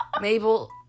Mabel